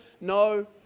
no